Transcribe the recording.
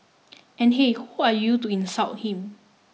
and hey who are you to insult him